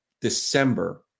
December